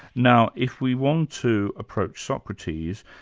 now, if we want to approach socrates,